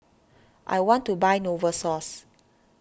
I want to buy Novosource